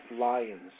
lions